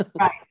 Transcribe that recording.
Right